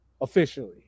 officially